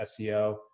SEO